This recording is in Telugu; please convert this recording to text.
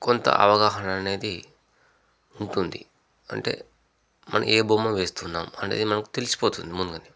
కొంత అవగాహన అనేది ఉంటుంది అంటే మనం ఏ బొమ్మ వేస్తున్నాం అనేది మనకు తెలిసిపోతుంది ముందుగానే